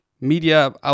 media